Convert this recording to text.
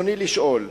רצוני לשאול: